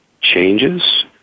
changes